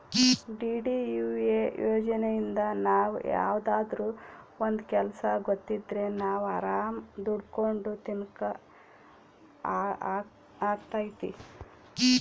DDUA ಯೋಜನೆಇಂದ ನಾವ್ ಯಾವ್ದಾದ್ರೂ ಒಂದ್ ಕೆಲ್ಸ ಗೊತ್ತಿದ್ರೆ ನಾವ್ ಆರಾಮ್ ದುಡ್ಕೊಂಡು ತಿನಕ್ ಅಗ್ತೈತಿ